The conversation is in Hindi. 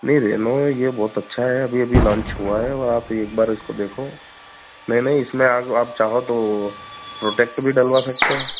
नहीं रेनौ यह बहुत अच्छा है अभी अभी लॉन्च हुआ है और आप एक बार इसको आप देखो नहीं नहीं इसमें आप आप चाहो तो प्रोटेक्ट भी डलवा सकते हो